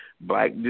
Black